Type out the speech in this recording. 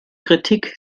kritik